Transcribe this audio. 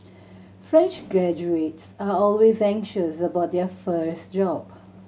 fresh graduates are always anxious about their first job